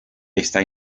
está